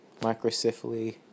microcephaly